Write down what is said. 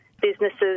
businesses